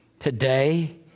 Today